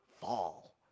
fall